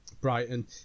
Brighton